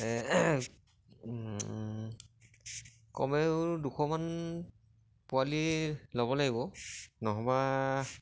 কমেও দুশমান পোৱালি ল'ব লাগিব নহ'বা